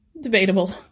Debatable